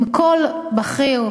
עם כל בכיר,